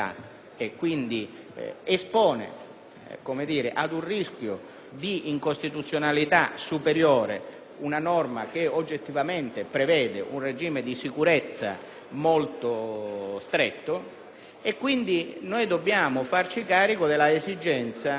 ad un rischio di incostituzionalità superiore una norma che oggettivamente prevede un regime di sicurezza molto stretto. Pertanto, noi dobbiamo farci carico dell'esigenza di contemperare l'interesse